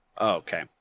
Okay